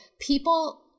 people